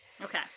Okay